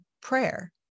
prayer